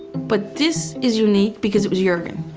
but this is unique because it was juergen.